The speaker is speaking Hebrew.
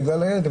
בגלל הילד,